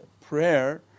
prayer